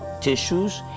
tissues